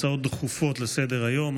הצעות דחופות לסדר-היום.